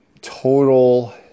total